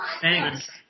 Thanks